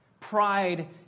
Pride